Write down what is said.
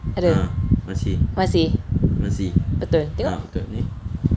ada masih betul tengok